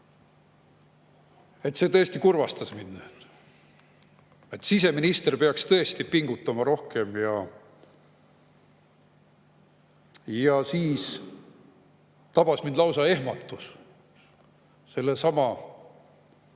et see tõesti kurvastas mind. Siseminister peaks tõesti pingutama rohkem. Ja siis tabas mind lausa ehmatus sellesama